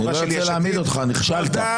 אני לא ארצה להעמיד אותך, נכשלת.